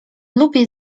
lubię